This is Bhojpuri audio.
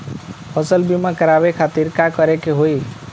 फसल बीमा करवाए खातिर का करे के होई?